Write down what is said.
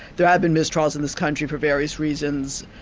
there have been mistrials in this country for various reasons,